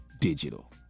digital